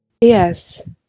Yes